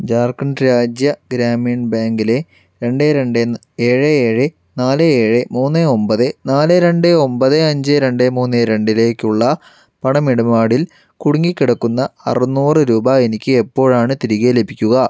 ജാർഖണ്ഡ് രാജ്യ ഗ്രാമീൺ ബാങ്കിലെ രണ്ട് രണ്ട് ഏഴ് ഏഴ് നാല് ഏഴ് മൂന്ന് ഒൻപത് നാല് രണ്ട് ഒൻപത് അഞ്ച് രണ്ട് മൂന്ന് രണ്ടിലേക്കുള്ള പണം ഇടപാടിൽ കുടുങ്ങി കിടക്കുന്ന അറുന്നൂറ് രൂപ എനിക്ക് എപ്പോഴാണ് തിരികെ ലഭിക്കുക